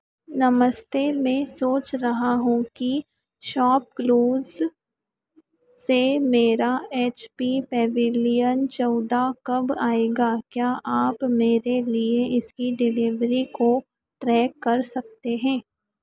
नमस्ते मैं सोच रहा हूँ कि शॉपक्लूज़ से मेरा एच पी पेविलियन चौदह कब आएगा क्या आप मेरे लिए इसकी डिलीवरी को ट्रैक कर सकते हैं